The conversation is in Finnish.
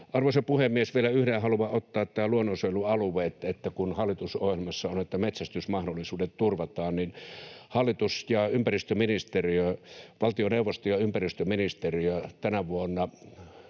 Arvoisa puhemies! Vielä yhden haluan ottaa, nämä luonnonsuojelualueet. Kun hallitusohjelmassa on, että metsästysmahdollisuudet turvataan, niin valtioneuvosto ja ympäristöministeriö tänä vuonna